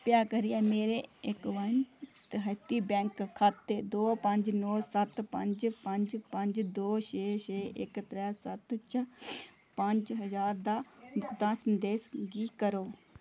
कृपा करियै मेरे इक वन देहाती बैंक खाते दो पंज नौ सत्त पंज पंज पंज दो छे छे इक त्रै सत्त चा पंज ज्हार दा भुगतान देश गी करो